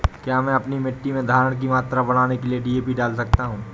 क्या मैं अपनी मिट्टी में धारण की मात्रा बढ़ाने के लिए डी.ए.पी डाल सकता हूँ?